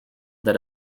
that